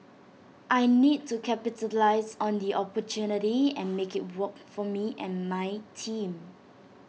I need to capitalise on the opportunity and make IT work for me and my team